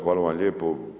Hvala vam lijepo.